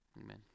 Amen